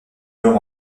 meurt